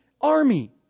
Army